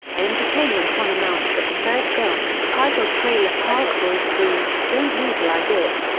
entertainment one announced that the third film, titled trailer park boys three don't legalize it,